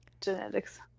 genetics